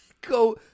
Go